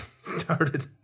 started